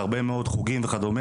הרבה מאוד חוגים וכדומה,